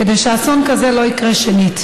כדי שאסון כזה לא יקרה שנית.